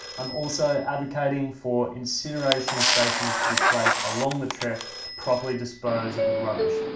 um also advocating for incineration stations to be placed along the trek to properly dispose of the rubbish.